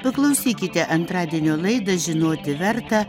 paklausykite antradienio laidą žinoti verta